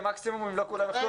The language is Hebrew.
ומקסימום אם לא כולם יוכלו